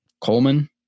Coleman